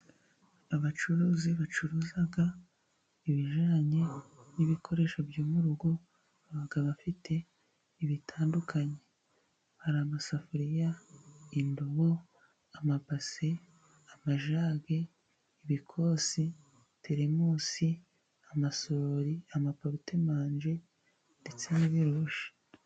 Abacuruzi bacuruza ibijyanye n'ibikoresho byo mu rugo, baba bafite ibitandukanye hari amasafuriya, indobo, amapasi, amajage, ibikosi, terimosi, amasurori, amaporutemanje ndetse n'ibirushi.